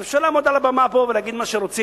אז אפשר לעמוד על הבמה פה ולהגיד מה שרוצים,